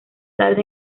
tarde